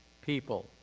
people